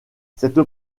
cette